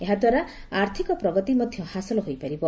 ଏହାଦ୍ୱାରା ଆର୍ଥକ ପ୍ରଗତି ମଧ୍ୟ ହାସଲ ହୋଇପାରିବ